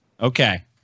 Okay